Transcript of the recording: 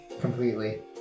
completely